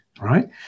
Right